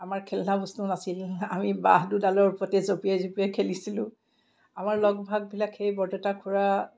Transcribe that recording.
আমাৰ খেলনা বস্তু নাছিল আমি বাঁহ দুডালৰ সতে জঁপিয়াই জঁপিয়াই খেলিছিলোঁ আমাৰ লগ ভাগবিলাক সেই বৰদেউতা খুড়া